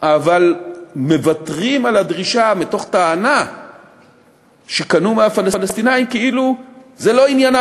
אבל מוותרים על הדרישה מתוך טענה שקנו מהפלסטינים כאילו זה לא עניינם,